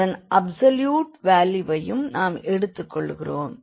அதன் அப்சொல்யூட் வேல்யூவையும் நாம் எடுத்துக் கொள்கிறோம்